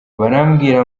barambwira